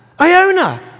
Iona